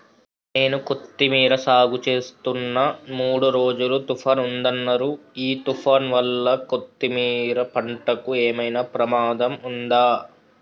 నేను కొత్తిమీర సాగుచేస్తున్న మూడు రోజులు తుఫాన్ ఉందన్నరు ఈ తుఫాన్ వల్ల కొత్తిమీర పంటకు ఏమైనా ప్రమాదం ఉందా?